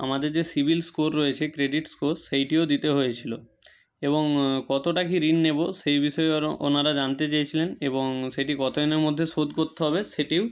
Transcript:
আমাদের যে সিভিল স্কোর রয়েছে ক্রেডিট স্কোর সেইটিও দিতে হয়েছিলো এবং কতটা কী ঋণ নেবো সেই বিষয়ে আরো ওনারা জানতে চেয়েছিলেন এবং সেটি কত দিনের মধ্যে শোধ করতে হবে সেটিও